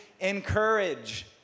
encourage